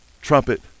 trumpet